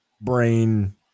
brain